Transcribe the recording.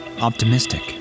Optimistic